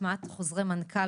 הטמעת חוזרי מנכ"ל,